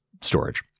storage